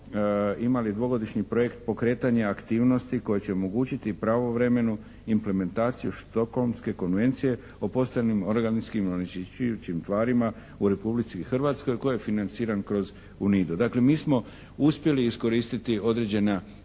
imali dvogodišnji projekt pokretanja aktivnosti koje će omogućiti pravovremenu implementaciju Stockholmske konvencije o postojanim organskim onečišćujućim tvarima u Republici Hrvatskoj koji je financiran kroz UNIDO. Dakle mi smo uspjeli iskoristiti određena,